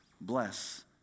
Bless